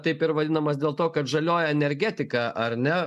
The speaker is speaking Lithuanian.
taip ir vadinamas dėl to kad žalioji energetika ar ne